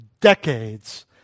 decades